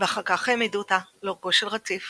ואחר כך העמידו אותה לאורכו של רציף